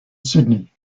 sydney